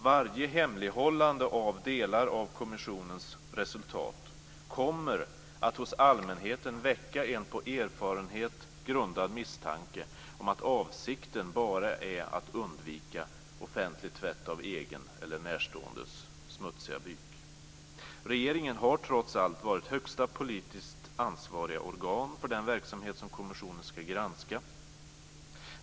Varje hemlighållande av delar av kommissionens resultat kommer att hos allmänheten väcka en på erfarenhet grundad misstanke om att avsikten bara är att undvika offentlig tvätt av egen eller närståendes smutsiga byk. Regeringen har trots allt varit högsta politiskt ansvariga organ för den verksamhet som kommissionen ska granska.